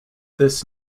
this